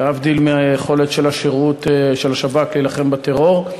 להבדיל מהיכולת של השירות של השב"כ להילחם בטרור,